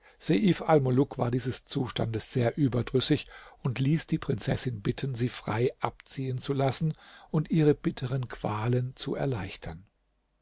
war dieses zustandes sehr überdrüssig und ließ die prinzessin bitten sie frei abziehen zu lassen und ihre bitteren qualen zu erleichtern